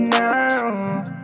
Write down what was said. now